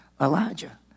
Elijah